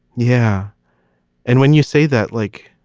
yeah and when you say that, like,